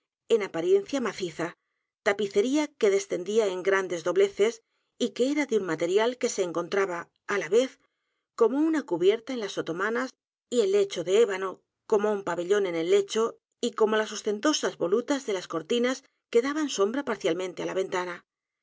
en apariencia maciza tapicería que descendía en g r a n d e s dobleces y que era de u n material que se encontraba a la vez como una cubierta en las otomanas y el lecho de ébano como u n pabellón en el lecho y como las o s lentosas volutas de las cortinas que daban sombra parcialmente á la ventana